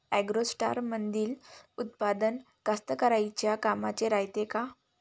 ॲग्रोस्टारमंदील उत्पादन कास्तकाराइच्या कामाचे रायते का?